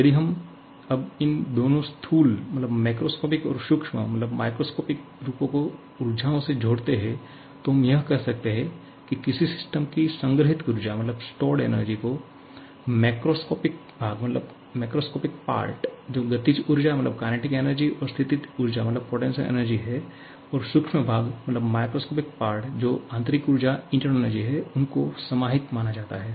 यदि हम अब इन दोनों स्थूल और सूक्ष्म रूपों को ऊर्जाओं से जोड़ते हैं तो हम कह सकते हैं कि किसी सिस्टम system की संग्रहीत ऊर्जा को मैक्रोस्कोपिक भाग जो गतिज ऊर्जा और स्थितिज ऊर्जा है और सूक्ष्म भाग जो आंतरिक ऊर्जा है उनको समाहित माना जाता है